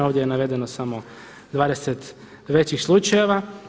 Ovdje je navedeno samo 20 većih slučajeva.